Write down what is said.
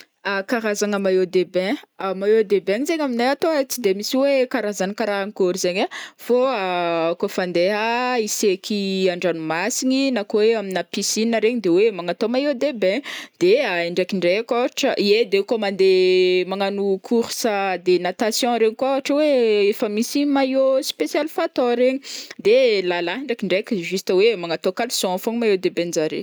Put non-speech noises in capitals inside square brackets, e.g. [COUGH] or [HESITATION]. [NOISE] [HESITATION] Karazagna maillot de bain a- maillot de bain zegny aminay atoy ai tsy de misy hoe karazany karahankôry zegny ai fô [HESITATION] kaofa andeha [HESITATION] hiseky andranomasigny na koa hoe aminà piscine regny de hoe magnatao maillot de bain de [HESITATION] indraikindraiky koa ôhatra, ie de kô mandeha [HESITATION] magnano course a de natation regny koa ohatra hoe efa misy maillot spesialy fatao regny [NOISE] de lalahy ndraikindraiky juste hoe magnatao caleçon fogna maillot de bain'jare.